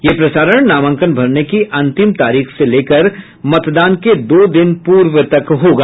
यह प्रसारण नामांकन भरने की अंतिम तारीख से लेकर मतदान के दो दिन पूर्व तक होगा